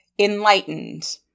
enlightened